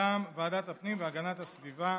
מטעם ועדת הפנים והגנת הסביבה.